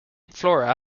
flora